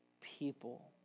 people